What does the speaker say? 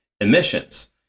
emissions